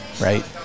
right